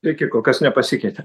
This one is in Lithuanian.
sveiki kol kas nepasikeitė